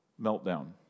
meltdown